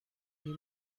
این